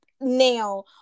now